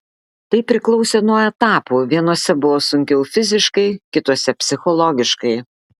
tai priklausė nuo etapų vienuose buvo sunkiau fiziškai kituose psichologiškai